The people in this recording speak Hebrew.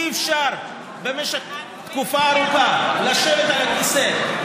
אי-אפשר במשך תקופה ארוכה לשבת על הכיסא,